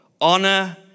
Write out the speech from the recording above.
honor